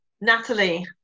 Natalie